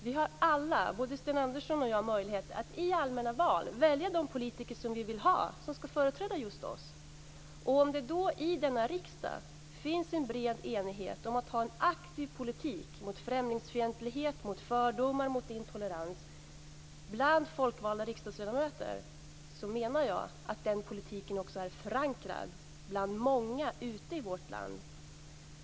Vi har alla, också både Sten Andersson och jag, möjlighet att i allmänna val välja de politiker som vi vill ha, som ska företräda just oss. Om det då bland folkvalda ledamöter i denna riksdag finns en bred enighet om att ha en aktiv politik mot främlingsfientlighet, fördomar och intolerans menar jag att den politiken också är förankrad bland många ute i vårt land.